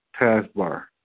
taskbar